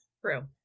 True